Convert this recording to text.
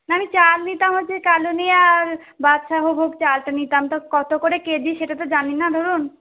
না আমি চাল নিতাম হচ্ছে কালোনুনিয়া আর বাদশাহভোগ চালটা নিতাম তা কত করে কেজি সেটা তো জানি না ধরুন